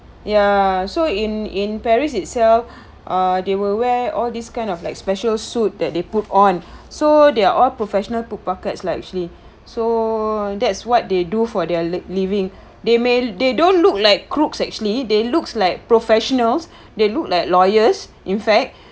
ya so in in paris itself uh they will wear all these kind of like special suit that they put on so they are all professional pickpockets lah usually so that's what they do for their living they may they don't look like crooks actually they looks like professionals they look like lawyers in fact